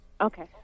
Okay